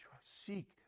seek